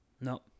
no